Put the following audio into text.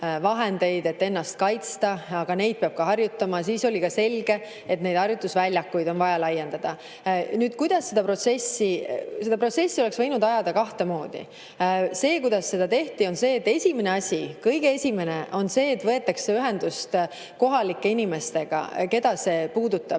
et ennast kaitsta, aga neid peab ka harjutama, siis oli ka selge, et neid harjutusväljasid on vaja laiendada. Seda protsessi oleks võinud ajada kahte moodi. Kuidas seda tehti? Kõige esimene asi oli see, et võeti ühendust kohalike inimestega, keda see puudutab,